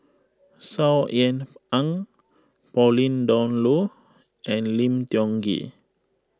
Saw Ean Ang Pauline Dawn Loh and Lim Tiong Ghee